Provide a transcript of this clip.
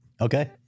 Okay